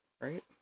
Right